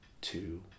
two